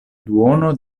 duono